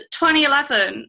2011